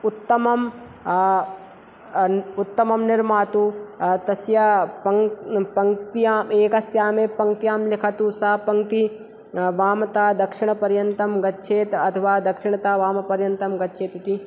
उत्तमम् उत्तमं निर्मातु तस्य पङ् पङ्क्त्याम् एकस्यामेव पङ्क्त्याम् लिखतु सा पङ्क्तिः वामतः दक्षिणपर्यन्तम् गच्छेत् अथवा दक्षिणतः वामपर्यन्तम् गच्छेत् इति